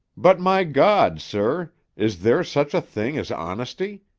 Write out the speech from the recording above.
but, my god, sir! is there such a thing as honesty?